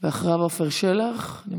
מלכיאלי, ואחריו, חבר הכנסת עפר שלח נמצא?